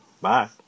Bye